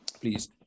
please